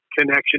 connection